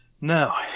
no